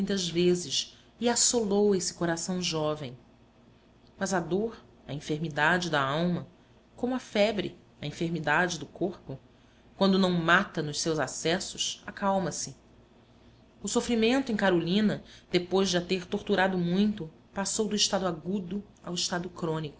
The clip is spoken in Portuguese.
muitas vezes e assolou esse coração jovem mas a dor a enfermidade da alma como a febre a enfermidade do corpo quando não mata nos seus acessos acalma-se o sofrimento em carolina depois de a ter torturado muito passou do estado agudo ao estado crônico